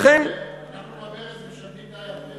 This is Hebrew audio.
אנחנו בברז משלמים די הרבה.